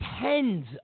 Tens